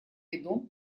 виду